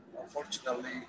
unfortunately